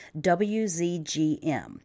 WZGM